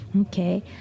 Okay